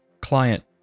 Client